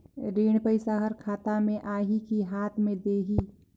ऋण पइसा हर खाता मे आही की हाथ मे देही?